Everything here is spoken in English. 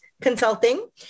Consulting